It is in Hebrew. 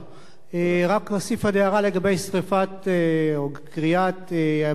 רק אוסיף עוד הערה לגבי קריעת הברית החדשה.